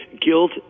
guilt